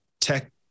tech